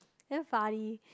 damn funny